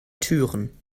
türen